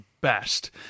best